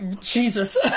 Jesus